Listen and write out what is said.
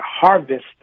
harvest